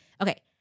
Okay